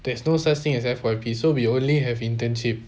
there's no such thing as F_Y_P so we only have internship